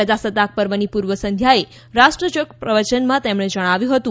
પ્રજાસત્તાક પર્વની પૂર્વ સંધ્યાએ રાષ્ટ્રજોગ પ્રવચનમાં તેમણે જણાવ્યું હતું